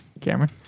Cameron